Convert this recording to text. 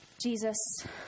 Jesus